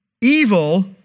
Evil